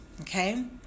okay